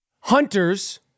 Hunters